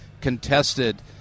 contested